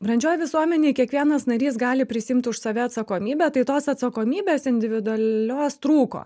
brandžioj visuomenėj kiekvienas narys gali prisiimt už save atsakomybę tai tos atsakomybės individualios trūko